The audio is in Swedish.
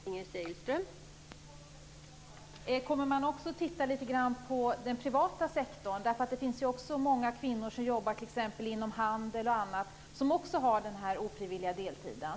Fru talman! Kommer man också att titta på den privata sektorn? Det finns många kvinnor som jobbar t.ex. inom handeln och som har den ofrivilliga deltiden.